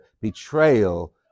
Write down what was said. betrayal